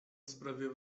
sprawia